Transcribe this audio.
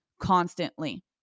constantly